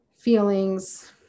feelings